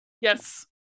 Yes